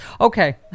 Okay